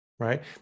right